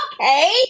Okay